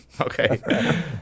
okay